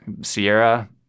Sierra